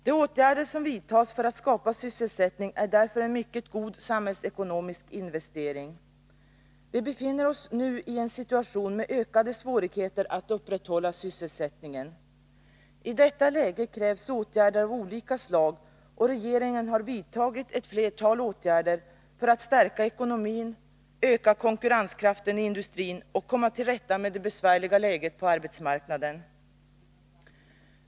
De åtgärder som vidtas för att skapa sysselsättning är därför en mycket god samhällsekonomisk investering. Vi befinner oss nu i en situation med ökade svårigheter att upprätthålla sysselsättningen. I detta läge krävs åtgärder av olika slag, och regeringen har vidtagit ett flertal åtgärder för att stärka ekonomin, öka konkurrenskraften i industrin och komma till rätta med det besvärliga läget på arbetsmarknaden.